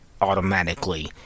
automatically